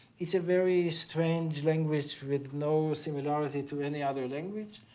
it's a very strange language with no similarity to any other language.